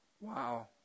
Wow